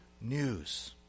news